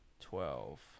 twelve